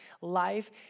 life